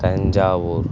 Thanjavur